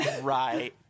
Right